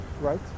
right